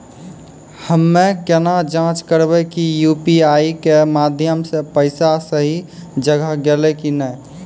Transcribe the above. हम्मय केना जाँच करबै की यु.पी.आई के माध्यम से पैसा सही जगह गेलै की नैय?